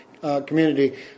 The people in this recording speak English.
community